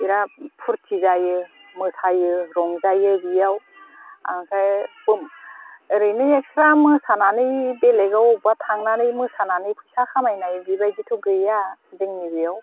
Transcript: बेराद फुरथि जायो मोसायो रंजायो बियाव आमफ्राय ओरैनो एक्सट्रा मोसानानै बेलेगाव अबेबा थांनानै मोसानानै फैसा खामायनाय बेबायदिथ' गैया जोंनि बेयाव